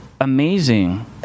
amazing